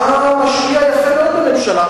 אתה משפיע יפה מאוד בממשלה,